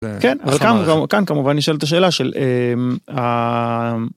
כן אבל כאן כמובן נשאלת השאלה של.